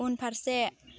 उनफारसे